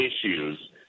issues